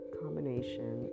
combination